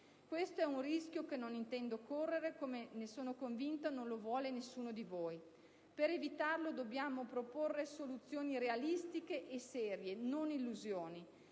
Questo è un rischio che non intendo correre, come - ne sono convinta - non lo vuole nessuno di voi. Per evitarlo dobbiamo proporre soluzioni realistiche e serie, non illusioni.